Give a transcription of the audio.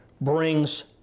brings